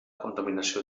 contaminació